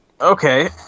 Okay